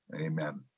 amen